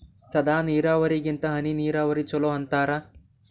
ಸಾದ ನೀರಾವರಿಗಿಂತ ಹನಿ ನೀರಾವರಿನ ಚಲೋ ಅಂತಾರ